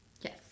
Yes